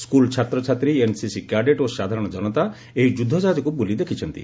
school ଛାତ୍ରଛାତ୍ରୀ NCC cadet ଓ ସାଧାରଣ ଜନତା ଏହି ଯୁଦ୍ଧ ଜାହାଜକୁ ବୁଲି ଦେଖିଛନ୍ତି